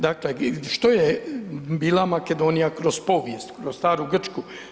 Dakle što je bila Makedonija kroz povijest, kroz staru Grčku?